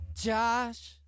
Josh